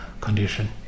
condition